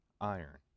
iron